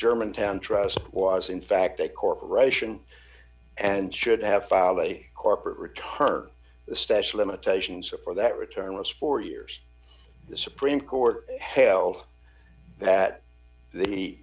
germantown trust was in fact a corporation and should have filed a corporate return the statute of limitations for that return was four years the supreme court held that the